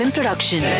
Production